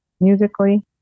musically